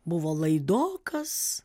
buvo laidokas